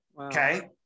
Okay